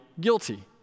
guilty